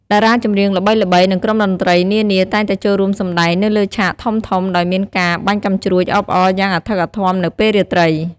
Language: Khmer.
តារាចម្រៀងល្បីៗ និងក្រុមតន្ត្រីនានា តែងតែចូលរួមសំដែងនៅលើឆាកធំៗ ដោយមានការបាញ់កាំជ្រួចអបអរយ៉ាងអធិកអធមនៅពេលរាត្រី។